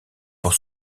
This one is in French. pour